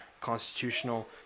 constitutional